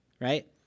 right